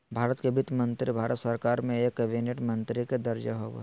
भारत के वित्त मंत्री भारत सरकार में एक कैबिनेट मंत्री के दर्जा होबो हइ